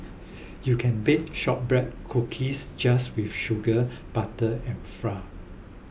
you can bake Shortbread Cookies just with sugar butter and flour